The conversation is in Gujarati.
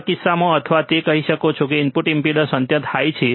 અથવા કિસ્સામાં અથવા તમે કહી શકો કે તે ઇનપુટ ઇમ્પેડન્સ અનંત હાઈ છે